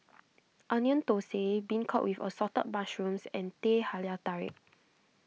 Onion Thosai Beancurd with Assorted Mushrooms and Teh Halia Tarik